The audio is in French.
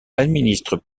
administre